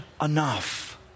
enough